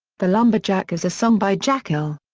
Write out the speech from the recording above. the lumberjack is a song by jackyl.